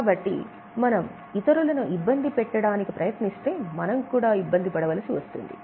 కాబట్టి మనం ఇతరులను ఇబ్బంది పెట్టడానికి ప్రయత్నిస్తే మనం కూడా ఇబ్బంది పడవలసి వస్తుంది